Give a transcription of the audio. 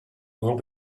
will